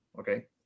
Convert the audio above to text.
okay